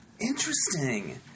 interesting